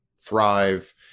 thrive